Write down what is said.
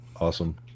Awesome